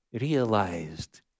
realized